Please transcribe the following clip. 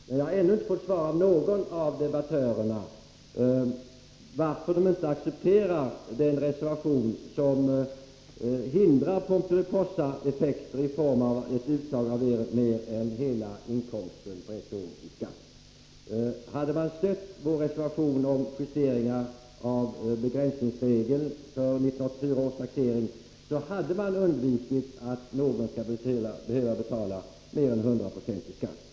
Men jag har ännu inte fått svar av någon av debattörerna, varför de inte accepterar den reservation som hindrar Pomperipossaeffekter i form av uttag av mer än hela inkomsten ett år i skatt. Hade man stött vår reservation om justering av begränsningsregeln för 1984 års taxering, hade man undvikit att någon skall behöva betala mer än 100 9 i skatt.